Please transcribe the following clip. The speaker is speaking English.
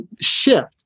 shift